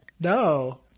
No